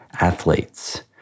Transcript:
athletes